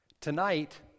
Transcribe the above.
tonight